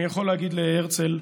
אני יכול להגיד להרצל: